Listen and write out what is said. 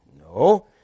No